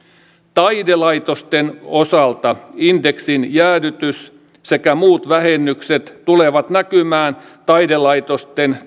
taidelaitosten osalta indeksin jäädytys sekä muut vähennykset tulevat näkymään taidelaitosten